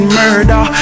murder